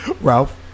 Ralph